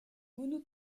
mono